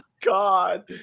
god